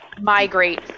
migrate